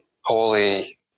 holy